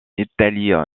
italie